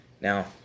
Now